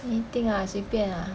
anything 啊随便啊